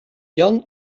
jan